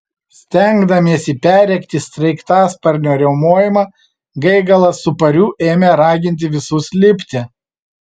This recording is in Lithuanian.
stengdamiesi perrėkti sraigtasparnio riaumojimą gaigalas su pariu ėmė raginti visus lipti